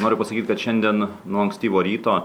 noriu pasakyt kad šiandien nuo ankstyvo ryto